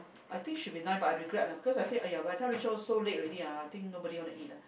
I think should be nine but I regret lah because I said !aiya! by the time reach home so late already ah I think nobody want to eat ah